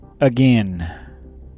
again